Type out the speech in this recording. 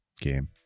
game